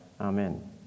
Amen